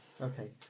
okay